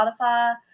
Spotify